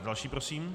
Další prosím.